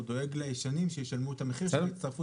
הוא דואג לישנים שישלמו את המחיר של ההצטרפות